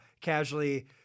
Casually